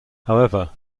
however